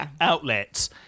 outlets